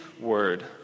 Word